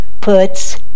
puts